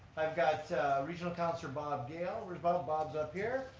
i've got regional councillor bob gale, where's bob, bob's up here.